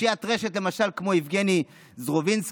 לאושיית רשת למשל כמו יבגני זרובינסקי,